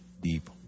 deep